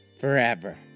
forever